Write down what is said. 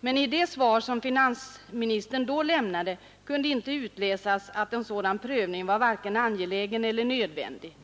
men ur det svar som finansministern då lämnade kunde inte utläsas att en sådan prövning var vare sig angelägen eller nödvändig.